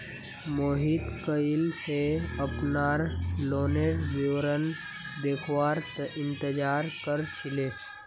मोहित कइल स अपनार लोनेर विवरण देखवार इंतजार कर छिले